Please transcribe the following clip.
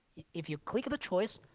if you click the choice,